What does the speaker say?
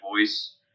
voice